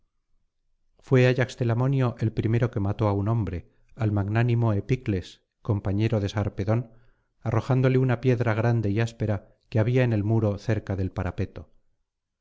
fue a yax celenio el primero que mató á un hombre al magnánimo